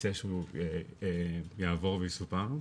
רוצה שהוא יעבור ויסופר.